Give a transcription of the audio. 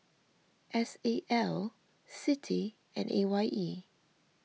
S A L Citi and A Y E